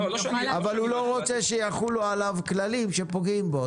אז אני יכולה --- אבל הוא לא רוצה שיחולו עליו כללים שפוגעים בו.